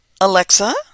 Alexa